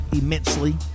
immensely